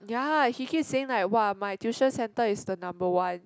ya he keep saying like !wah! my tuition centre is the number one